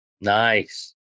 Nice